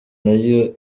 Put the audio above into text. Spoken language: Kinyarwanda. nayo